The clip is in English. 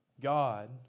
God